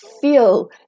feel